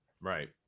Right